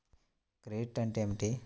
Credit అంటే ఏమిటి?